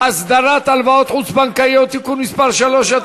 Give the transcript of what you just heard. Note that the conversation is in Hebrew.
הסדרת הלוואות חוץ-בנקאיות (תיקון מס' 3),